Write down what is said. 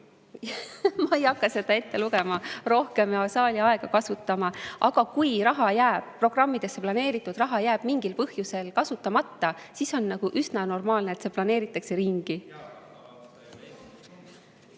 Ma ei hakka seda ette lugema, rohkem saali aega kasutama. Aga kui programmidesse planeeritud raha jääb mingil põhjusel kasutamata, siis on üsna normaalne, et see planeeritakse ringi.